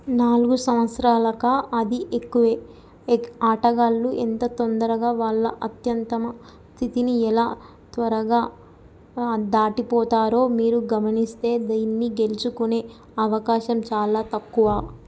నాలుగు సంవత్సరాలకా అది ఎక్కువే ఎక్ ఆటగాళ్ళు ఎంత తొందరగా వాళ్ళ అత్యుత్తమ స్థితిని ఎలా త్వరగా దాటిపోతారో మీరు గమనిస్తే దీన్ని గెలుచుకునే అవకాశం చాలా తక్కువ